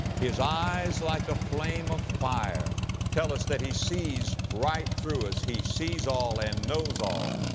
his eyes like a flame of fire tell us that he sees right through us, he sees all and knows all.